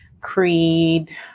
Creed